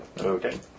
Okay